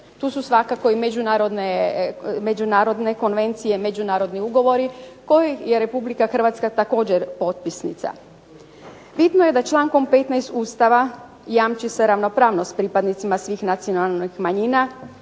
Tu su svakako i međunarodne konvencije i međunarodni ugovori kojima je RH također potpisnica. Bitno je da člankom 15. Ustava jamči se ravnopravnost pripadnicima svih nacionalnih manjina